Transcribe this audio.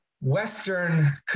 Western